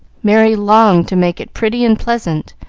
merry longed to make it pretty and pleasant,